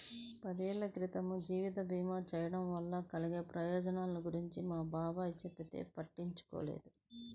పదేళ్ళ క్రితమే జీవిత భీమా చేయడం వలన కలిగే ప్రయోజనాల గురించి మా బాబాయ్ చెబితే పట్టించుకోలేదు